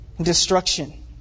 destruction